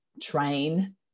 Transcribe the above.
train